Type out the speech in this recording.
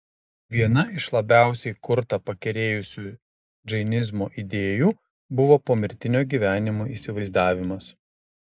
viena iš labiausiai kurtą pakerėjusių džainizmo idėjų buvo pomirtinio gyvenimo įsivaizdavimas